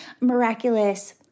miraculous